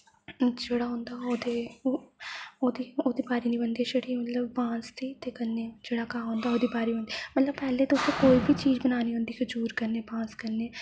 जेह्ड़ा होंदा ओह्दे ओह्दी बारी निं बनदी छड़ी मतलब बांस दी ते कन्नै जेह्ड़ा घाऽ होंदा ओह्दी बारी बनदी मतलब पैह्ले तुसे कोई बी चीज बनानी होंदी खजूर कन्नै बांस कन्नै